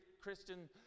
Christian